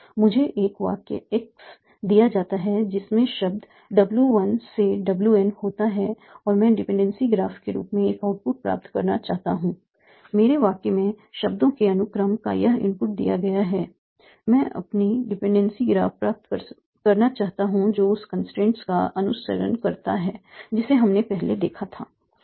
मुझे एक वाक्य x दिया जाता है जिसमें शब्द w 1 से w n होता है और मैं डिपेंडेंसी ग्राफ के रूप में एक आउटपुट प्राप्त करना चाहता हूं मेरे वाक्य में शब्दों के अनुक्रम का यह इनपुट दिया गया है मैं अपनी डिपेंडेंसी ग्राफ प्राप्त करना चाहता हूं जो उस कंस्ट्रेंट का अनुसरण करता है जिसे हमने पहले देखा था